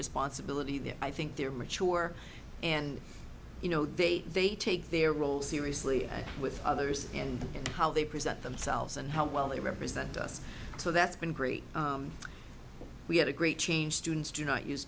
responsibility then i think they're mature and you know they they take their role seriously with others and how they present themselves and how well they represent us so that's been great we had a great change students do not use